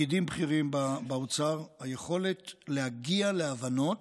פקידים בכירים באוצר, להגיע להבנות